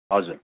हजुर